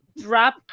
drop